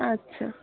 আচ্ছা